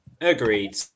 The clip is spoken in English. agreed